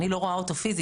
אני לא רואה אותו פיזית,